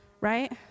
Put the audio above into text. right